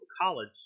college